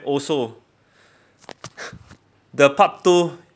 also the part two